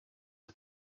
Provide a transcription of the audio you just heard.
are